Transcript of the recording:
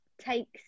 takes